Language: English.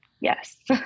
Yes